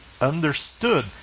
understood